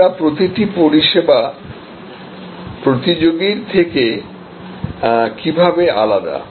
আমরা প্রতিটি পরিষেবা প্রতিযোগীর থেকে কীভাবে আলাদা